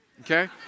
Okay